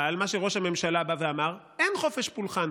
אבל מה שראש הממשלה בא ואמר: אין חופש פולחן,